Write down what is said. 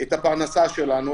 את הפרנסה שלנו,